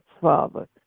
Father